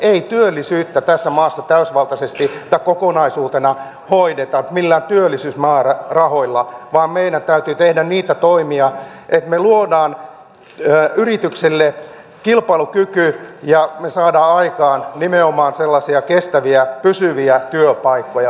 ei työllisyyttä tässä maassa kokonaisuutena hoideta millään työllisyysmäärärahoilla vaan meidän täytyy tehdä niitä toimia joilla me luomme yrityksille kilpailukykyä ja saamme aikaan nimenomaan sellaisia kestäviä pysyviä työpaikkoja